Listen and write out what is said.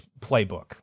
playbook